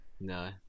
No